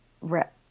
rep